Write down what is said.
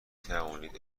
توانید